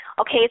okay